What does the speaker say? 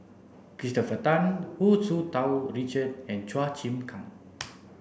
Christopher Tan Hu Tsu Tau Richard and Chua Chim Kang